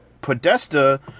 Podesta